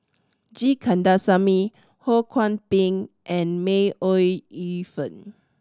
G Kandasamy Ho Kwon Ping and May Ooi Yu Fen